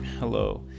Hello